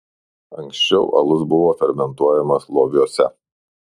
anksčiau alus buvo fermentuojamas loviuose